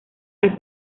las